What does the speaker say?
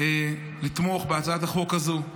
לתמוך בהצעת החוק הזו.